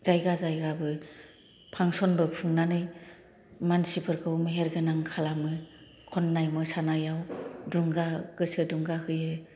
बिदिनो जायगा जायगाबो फांसनबो खुंनानै मानसिफोरखौ मेहेर गोनां खालामो खननाय मोसानायाव दुंगा गोसो दुंगा होयो